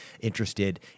interested